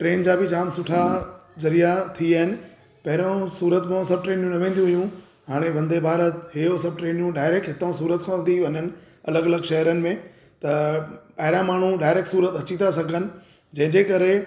train जा बि जाम सुठा ज़रिया थी विया आहिनि पहरियों सूरत मां सभु ट्रेनियूं न वेंदियूं हुयूं हाणे वंदे भारत इहे उहो सभु ट्रेनियूं डाइरैक्ट हितां सूरत खां थी वञनि अलॻि अलॻि शहरनि में त ॿाहिरां माण्हू डाइरेक्ट सूरत अची था सघनि जंहिंजे करे